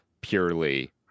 purely